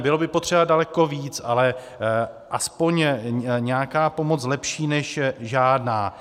Bylo by potřeba daleko víc, ale aspoň nějaká pomoc, lepší než žádná.